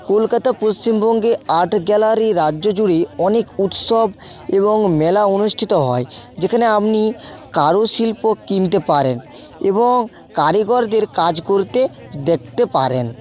কলকাতা পশ্চিমবঙ্গে art gallery রাজ্য জুড়ে অনেক উৎসব এবং মেলা অনুষ্ঠিত হয় যেখানে আপনি কারুশিল্প কিনতে পারেন এবং কারিগরদের কাজ করতে দেখতে পারেন